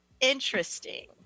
interesting